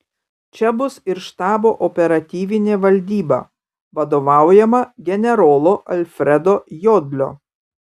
čia bus ir štabo operatyvinė valdyba vadovaujama generolo alfredo jodlio